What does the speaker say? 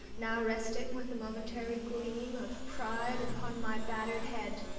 now resting with a momentary gleam of pride upon my battered head.